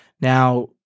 Now